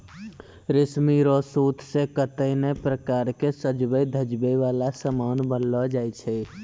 रेशमी रो सूत से कतै नै प्रकार रो सजवै धजवै वाला समान बनैलो जाय छै